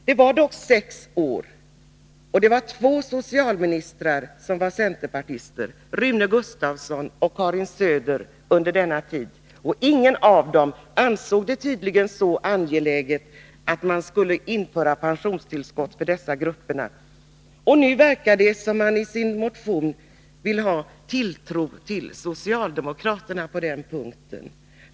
Det fanns dock två socialministrar som var centerpartister, Rune Gustavsson och Karin Söder, under sex år, och ingen av dem ansåg det tydligen angeläget att införa pensionstillskott för dessa grupper. Och nu verkar det som om de i sin motion har tilltro till socialdemokraterna på den punkten.